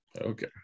Okay